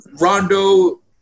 Rondo